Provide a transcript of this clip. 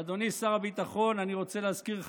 אדוני שר הביטחון, אני רוצה להזכיר לך,